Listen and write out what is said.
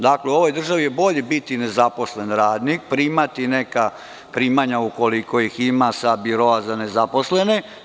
Dakle, u ovoj državi je bolje biti nezaposlen radnik, primati neka primanja, ukoliko ih ima sa Biroa za nezaposlene.